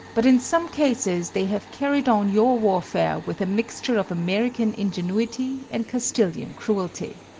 but in some cases they have carried on your warfare with a mixture of american ingenuity and castilian cruelty.